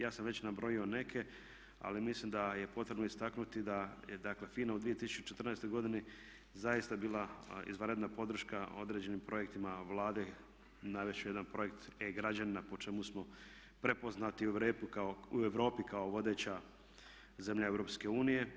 Ja sam već nabrojio neke ali mislim da je potrebno istaknuti da je dakle FINA u 2014. godini zaista bila izvanredna podrška određenim projektima Vlade, navest ću jedan projekt, e-građanina po čemu smo prepoznati u Europi kao vodeća zemlja EU.